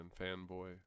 fanboy